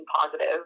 positive